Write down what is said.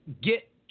get